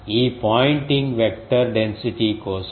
ఈ Poynting vector density కోసం